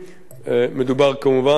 מדובר כמובן במולדת היהודים,